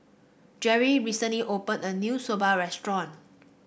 Jerri recently opened a new Soba restaurant